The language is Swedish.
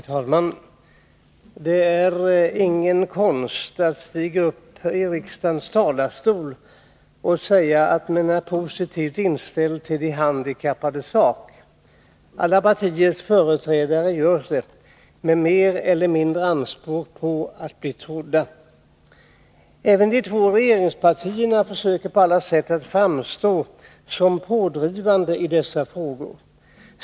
Nr 106 Herr talman! Det är ingen konst att stiga uppi riksdagens talarstol och säga Onsdagen den att man är positivt inställd till de handikappades sak. Alla partiers 24 mars 1982 företrädare gör det med mer eller mindre anspråk på att bli trodda. Även de två regeringspartierna försöker på alla sätt att framstå såsom Vjssa åtgärder | pådrivande i dessa frågor.